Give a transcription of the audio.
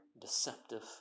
deceptive